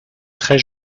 très